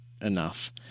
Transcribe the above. enough